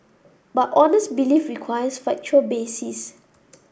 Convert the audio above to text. but honest belief requires factual basis